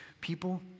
people